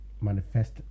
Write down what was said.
manifest